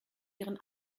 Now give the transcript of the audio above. ihren